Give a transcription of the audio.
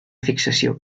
fixació